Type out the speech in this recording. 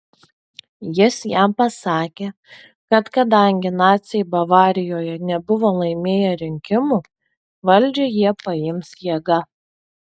jis jam pasakė kad kadangi naciai bavarijoje nebuvo laimėję rinkimų valdžią jie paims jėga